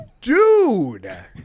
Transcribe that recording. dude